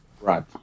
Right